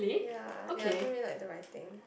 ya ya I don't really like the writing